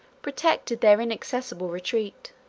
protected their inaccessible retreat.